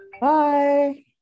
Bye